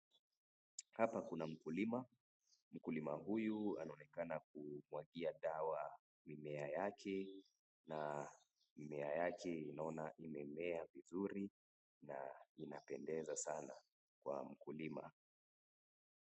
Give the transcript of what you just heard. Hapa Kuna mkulima mkulima huyu anaonekana kunyunyizia sawa mmea yake na mmea yake imemea vizuri na umependeza sana kwa mkulima.